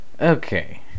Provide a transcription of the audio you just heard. Okay